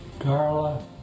Carla